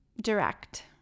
direct